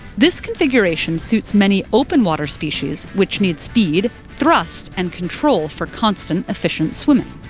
this configuration suits many open-water species, which need speed, thrust and control for constant, efficient swimming.